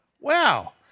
Wow